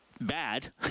bad